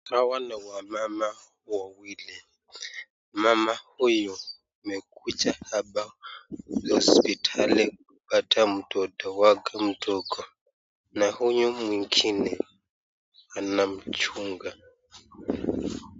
Hawa ni wamama wawili. Mama huyo amekuja hapa hospitali kupata mtoto wake mdogo na huyu mwingine ananmchunga.